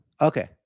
Okay